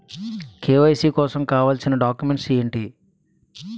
KYC కోసం కావాల్సిన documents ఎంటి?